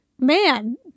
man